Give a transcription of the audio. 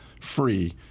free